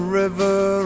river